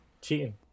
cheating